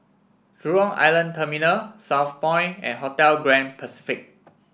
Jurong Island Terminal Southpoint and Hotel Grand Pacific